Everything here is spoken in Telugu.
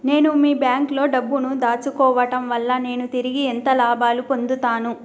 నేను మీ బ్యాంకులో డబ్బు ను దాచుకోవటం వల్ల నేను తిరిగి ఎంత లాభాలు పొందుతాను?